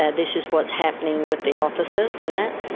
yeah this is what's happening with the officers, and that.